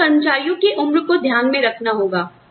आपको कर्मचारियों की उम्र को ध्यान में रखना होगा